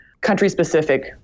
country-specific